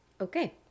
Okay